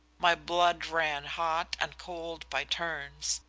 my blood ran hot and cold by turns.